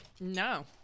No